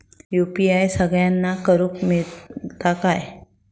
UPI सगळ्यांना करुक मेलता काय?